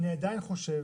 אני עדיין חושב